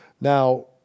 Now